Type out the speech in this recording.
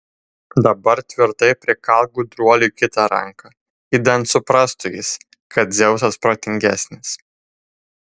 dabar tvirtai prikalk gudruoliui kitą ranką idant suprastų jis kad dzeusas protingesnis